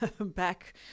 back